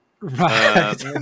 Right